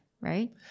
right